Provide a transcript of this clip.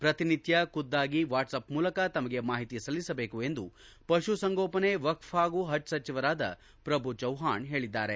ಪ್ರತಿನಿತ್ದ ಖುದ್ದಾಗಿ ವಾಟ್ಸಪ್ ಮೂಲಕ ತಮಗೆ ಮಾಹಿತಿ ಸಲ್ಲಿಸಬೇಕು ಎಂದು ಪಶುಸಂಗೋಪನೆ ವಕ್ಪ್ ಹಾಗೂ ಹಜ್ ಸಚಿವರಾದ ಪ್ರಭು ಚವ್ವಾಣ್ ಹೇಳಿದ್ದಾರೆ